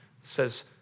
says